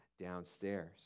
downstairs